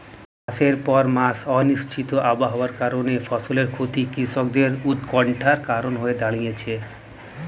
মাসের পর মাস অনিশ্চিত আবহাওয়ার কারণে ফসলের ক্ষতি কৃষকদের উৎকন্ঠার কারণ হয়ে দাঁড়িয়েছে